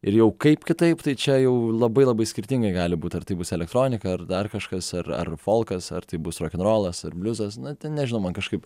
ir jau kaip kitaip tai čia jau labai labai skirtingai gali būt ar taip bus elektronika ar dar kažkas ar ar folkas ar tai bus rokenrolas ar bliuzas na ten nežinau man kažkaip